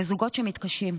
לזוגות שמתקשים,